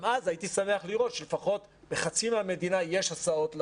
גם אז הייתי שמח לראות שלפחות לחצי מהמדינה יש הסעות.